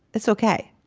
it's okay.